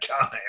time